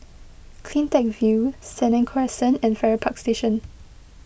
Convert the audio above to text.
CleanTech View Senang Crescent and Farrer Park Station